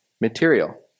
material